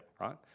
right